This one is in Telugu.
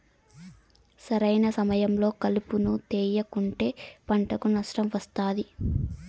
సరైన సమయంలో కలుపును తేయకుంటే పంటకు నష్టం వస్తాది